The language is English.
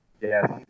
Yes